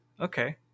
Okay